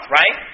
right